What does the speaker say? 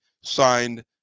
signed